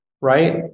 Right